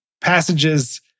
passages